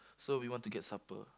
so we want to get supper